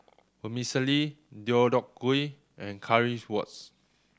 Vermicelli Deodeok Gui and Currywurst